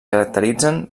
caracteritzen